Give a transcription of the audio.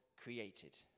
created